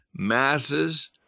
Masses